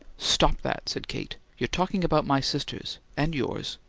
stop that! said kate. you're talking about my sisters and yours.